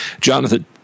Jonathan